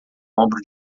ombro